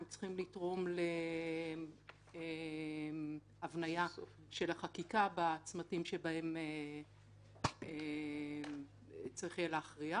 הם צריכים לתרום להבניה של החקיקה בצמתים שבהם צריך יהיה להכריע.